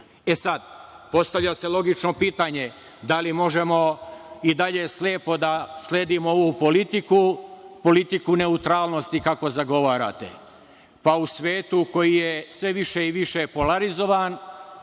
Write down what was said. sad, postavlja se logično pitanje – da li možemo i dalje slepo da sledimo ovu politiku, politiku neutralnosti, kako zagovarate? U svetu koji je sve više i više polarizovan,